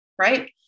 right